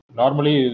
normally